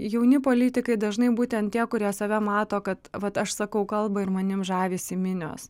jauni politikai dažnai būtent tie kurie save mato kad vat aš sakau kalbą ir manim žavisi minios